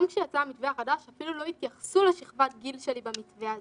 גם כשיצא המתווה החדש אפילו לא התייחסו לשכבת הגיל שלי במתווה הזה.